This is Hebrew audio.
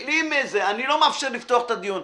אני לא מאפשר לפתוח את הדיון.